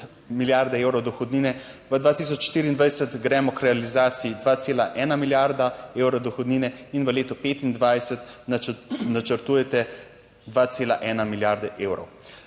milijarde evrov dohodnine, v 2024 gremo k realizaciji 2,1 milijarda evrov dohodnine in v letu 2025 načrtujete 2,1 milijarde evrov.